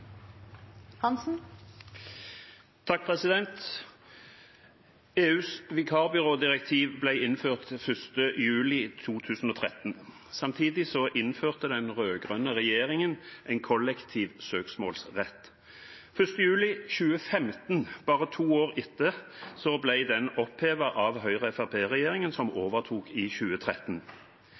EUs vikarbyrådirektiv ble innført 1. juli 2013. Samtidig innførte den rød-grønne regjeringen en kollektiv søksmålsrett. Den 1. juli 2015, bare to år etter, ble den opphevet av Høyre–Fremskrittsparti-regjeringen, som overtok i 2013.